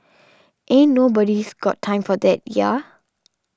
ain't nobody's got time for that ya